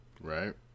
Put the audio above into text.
Right